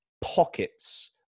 pockets